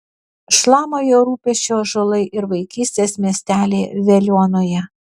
šlama jo rūpesčiu ąžuolai ir vaikystės miestelyje veliuonoje